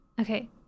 Okay